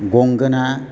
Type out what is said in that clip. गंगोना